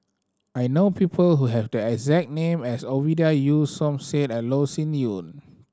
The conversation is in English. I know people who have the exact name as Ovidia Yu Som Said and Loh Sin Yun